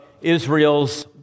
Israel's